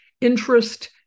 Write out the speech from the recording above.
interest